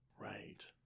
right